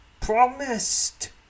promised